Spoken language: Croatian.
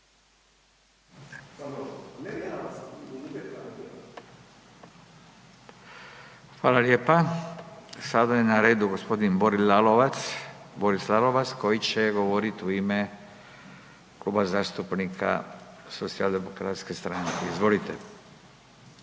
Hvala lijepa. Sada je na redu gospodin Boris Lalovac koji će govoriti u ime Kluba zastupnika SDP-a. Izvolite.